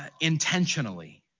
intentionally